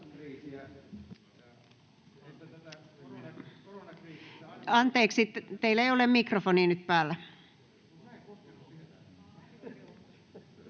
Anteeksi, teillä ei ole mikrofoni nyt päällä. Edustaja